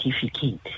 certificate